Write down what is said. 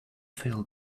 feel